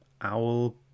owl